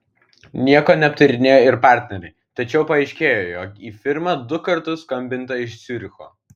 nieko neaptarinėjo ir partneriai tačiau paaiškėjo jog į firmą du kartus skambinta iš ciuricho